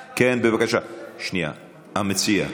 בבקשה, המציע.